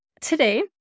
today